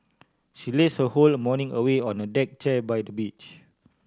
she laze her whole morning away on a deck chair by the beach